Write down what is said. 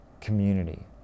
community